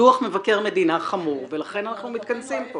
דו"ח מבקר המדינה חמור ולכן אנחנו מתכנסים פה.